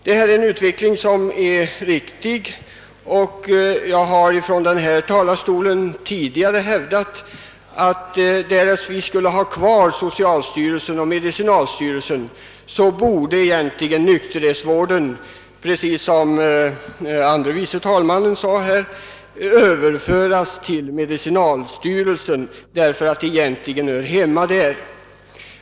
Den utvecklingen är riktig, och jag har från denna talarstol tidigare hävdat att om vi skulle ha kvar både socialstyrelsen och medicinalstyrelsen, så borde egentligen nykterhetsvården, liksom förste vice talmannen sade här, överföras till medicinalstyrelsen, eftersom den egentligen hör hemma där.